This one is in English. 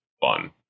fun